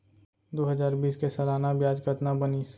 दू हजार बीस के सालाना ब्याज कतना बनिस?